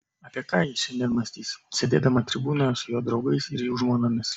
apie ką ji šiandien mąstys sėdėdama tribūnoje su jo draugais ir jų žmonomis